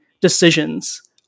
decisions